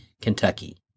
Kentucky